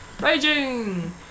Raging